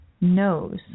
knows